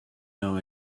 know